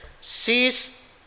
sees